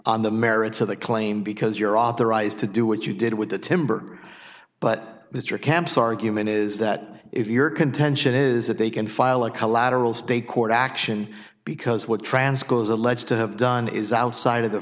on the merits of the claim because you're authorized to do what you did with the timber but mr camp's argument is that if your contention is that they can file a collateral state court action because what